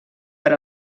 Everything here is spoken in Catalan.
per